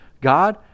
God